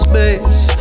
Space